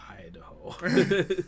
Idaho